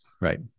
Right